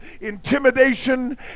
intimidation